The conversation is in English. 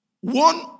One